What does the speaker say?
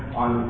on